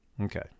Okay